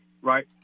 right